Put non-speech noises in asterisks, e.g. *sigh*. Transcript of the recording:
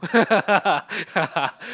*laughs*